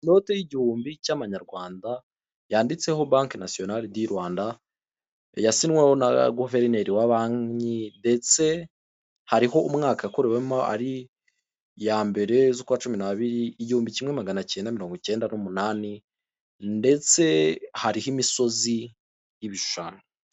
Inote y'igihumbi cy'amanyarwanda yanditseho banki nasiyonale di Rwanda, yasinyweho nara guverineri wa banki ndetse hariho umwaka yakorewemo ari ya mbere z'uwa cumi n'abiri igihumbi kimwe magana cyenda mirongo cyenda n'umunani ndetse hariho imisozi y'ibishushanyo.